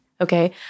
okay